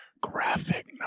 Graphic